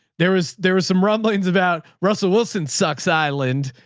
there was, there was some rumblings about russell wilson sux island,